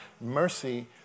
mercy